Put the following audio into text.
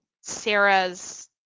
Sarah's